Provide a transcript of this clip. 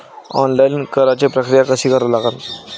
Online कराच प्रक्रिया कशी करा लागन?